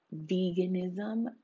veganism